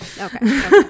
Okay